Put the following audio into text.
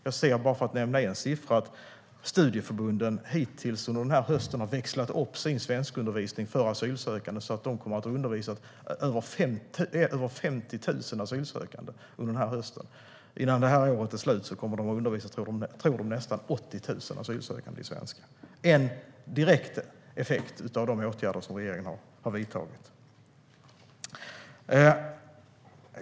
Jag ser, bara för att nämna en siffra, att studieförbunden hittills under den här hösten har växlat upp sin svenskundervisning för asylsökande så att de kommer att undervisa över 50 000 personer under denna höst. Innan året är slut kommer de att undervisa nästan 80 000 asylsökande i svenska, tror de - en direkt effekt av de åtgärder som regeringen har vidtagit.